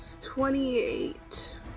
Twenty-eight